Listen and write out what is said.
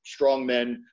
strongmen